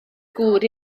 gŵr